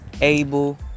able